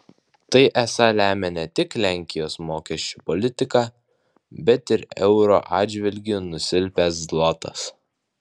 tai esą lemia ne tik lenkijos mokesčių politika bet ir euro atžvilgiu nusilpęs zlotas